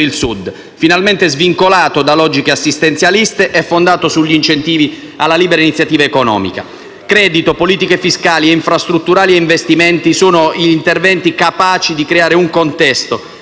il Sud, finalmente svincolato da logiche assistenzialiste e fondato sugli incentivi alla libera iniziativa economica. Credito, politiche fiscali e infrastrutturali, investimenti sono gli interventi capaci di creare un contesto